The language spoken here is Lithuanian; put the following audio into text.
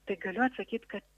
tai galiu atsakyt kad